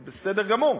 זה בסדר גמור,